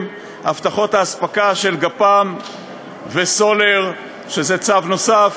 (הבטחות האספקה של גפ"מ וסולר) שזה צו נוסף,